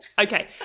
Okay